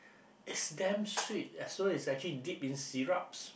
it's damn sweet as so it's actually dipped in syrups